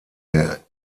der